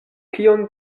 kion